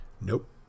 nope